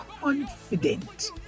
confident